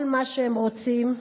כל מה שהם רוצים,